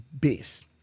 base